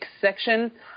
section